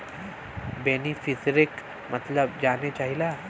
बेनिफिसरीक मतलब जाने चाहीला?